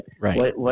Right